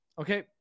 Okay